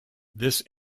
this